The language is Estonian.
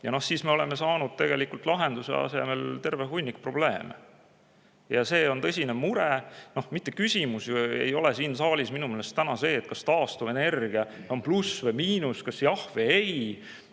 Siis me oleme saanud lahenduse asemel terve hunniku probleeme. Ja see on tõsine mure. Küsimus ei ole siin saalis minu meelest täna mitte see, kas taastuvenergia on pluss või miinus, kas jah või ei.